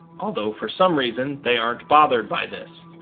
although for some reason they aren't bothered by this.